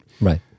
Right